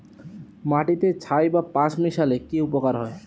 মাটিতে ছাই বা পাঁশ মিশালে কি উপকার হয়?